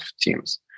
teams